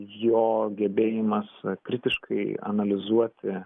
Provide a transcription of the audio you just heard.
jo gebėjimas kritiškai analizuoti